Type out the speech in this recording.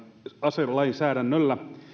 aselainsäädännöllä